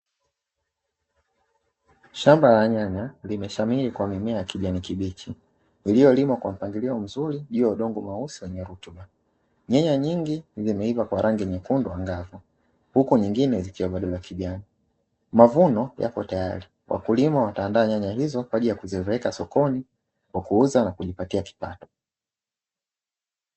Shamba la nyanya limeshamiri kwa mimea ya kijani kibichi iliyolimwa kwa mpangilio mzuri juu ya udongo mweusi wenye rutuba . Nyanya nyingi zimeiva kwa rangi nyekundu angavu huku nyingine zikiwa bado za kijani. Mavuno yapo tayari wakulima wataandaa nyanya hizo kwa ajili ya kuzipeleka sokoni kwa kuuza na kujipatia kipato.